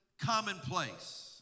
commonplace